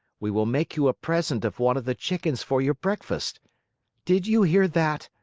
we will make you a present of one of the chickens for your breakfast did you hear that?